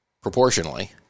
proportionally